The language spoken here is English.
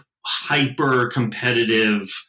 hyper-competitive